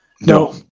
no